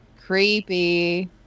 Creepy